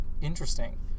Interesting